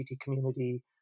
community